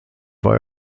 war